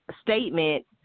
statement